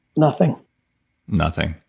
nothing nothing.